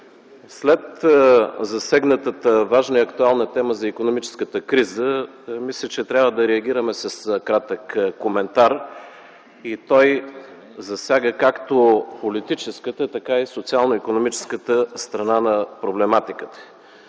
След засегнатата важна и актуална тема за икономическата криза мисля, че трябва да реагираме с кратък коментар и той засяга както политическата, така и социално-икономическата страна на проблематиката.